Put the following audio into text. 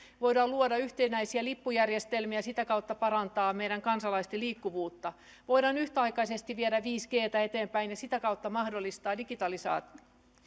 voidaan luoda yhtenäisiä lippujärjestelmiä ja sitä kautta parantaa meidän kansalaisten liikkuvuutta voidaan yhtäaikaisesti viedä viisi g tä eteenpäin ja sitä kautta mahdollistaa digitalisaatio